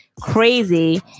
crazy